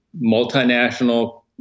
multinational